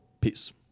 Peace